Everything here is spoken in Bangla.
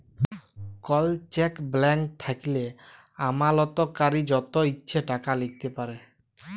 কল চ্যাক ব্ল্যান্ক থ্যাইকলে আমালতকারী যত ইছে টাকা লিখতে পারে